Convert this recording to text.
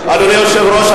אדוני היושב-ראש,